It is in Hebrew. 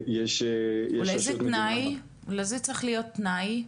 אולי זה צריך להיות תנאי?